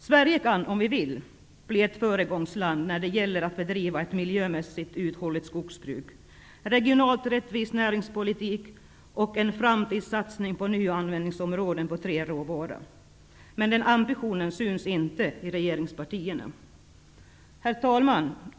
Sverige kan, om vi vill, bli ett föregångsland när det gäller att bedriva ett miljömässigt uthålligt skogsbruk, en regionalt rättvis näringspolitik och att göra en framtidssatsning på nya användningsområden för träråvara. Den ambitionen finns inte i regeringspartierna. Herr talman!